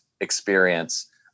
experience